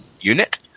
unit